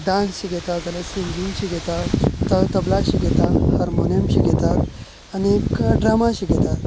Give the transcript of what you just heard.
dance शिकयतात जाल्यार singing शिकयता त तबला शिकयता हार्मोनियम शिकयतात आनीक एक ड्रामा शिकयतात